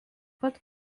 pat